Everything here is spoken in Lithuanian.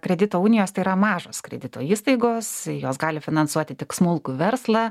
kredito unijos tai yra mažos kredito įstaigos jos gali finansuoti tik smulkų verslą